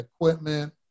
equipment